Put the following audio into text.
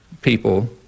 people